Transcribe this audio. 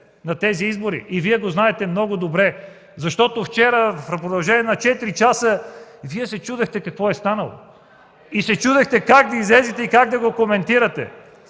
на тези избори, и Вие го знаете много добре. Вчера, в продължение на четири часа, Вие се чудехте какво е станало. И се чудехте как да излезете и как да го коментирате.